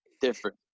different